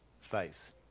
faith